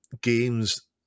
games